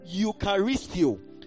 Eucharistio